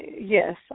Yes